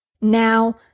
Now